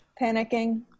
panicking